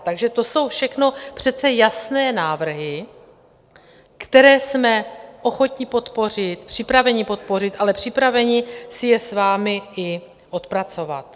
Takže to jsou všechno přece jasné návrhy, které jsme ochotni podpořit, připraveni podpořit, ale připraveni si je s vámi i odpracovat.